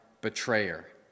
betrayer